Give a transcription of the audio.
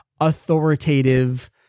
authoritative